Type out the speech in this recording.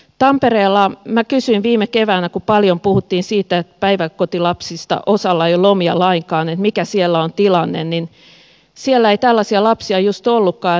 kun minä kysyin viime keväänä tampereella kun paljon puhuttiin siitä että päiväkotilapsista osalla ei ole lomia lainkaan mikä siellä on tilanne niin siellä ei tällaisia lapsia just ollutkaan